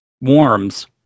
warms